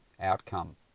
outcome